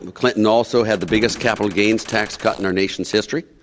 and clinton also had the biggest capital gains tax cut in our nation's history.